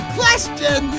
question